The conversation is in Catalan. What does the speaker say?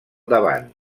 davant